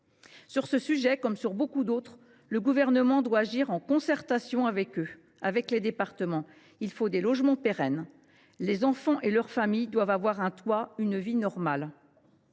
Sur ce sujet comme sur beaucoup d’autres, le Gouvernement doit donc agir en concertation avec eux. Il faut des logements pérennes. Les enfants et leurs familles doivent avoir un toit, une vie normale.